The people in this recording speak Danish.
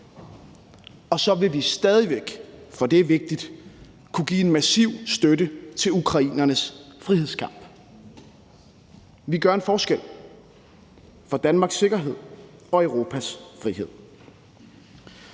det er vigtigt, kunne give en massiv støtte til ukrainernes frihedskamp. Vi gør en forskel for Danmarks sikkerhed og Europas frihed.